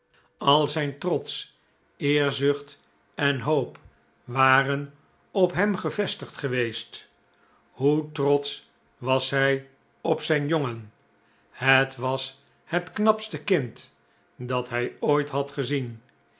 al zijn trots eerzucht en hoop waren op hem gevestigd geweest hoe trotsch was hij op zijn jongen het was het knapste kind dat hij ooit had gezien